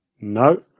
No